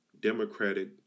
Democratic